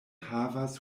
havas